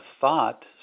thought